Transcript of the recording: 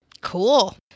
Cool